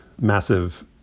massive